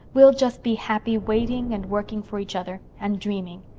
we'll just be happy, waiting and working for each other and dreaming.